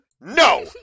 No